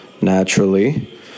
naturally